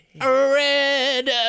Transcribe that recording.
Red